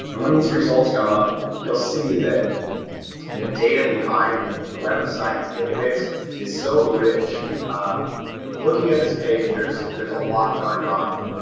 and when these results come up you'll see that the data behind the web of science database is so rich looking at this page. there's there's a lot going on and